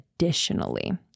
Additionally